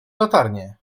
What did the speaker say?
latarnię